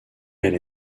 elle